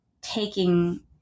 taking